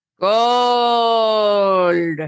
Gold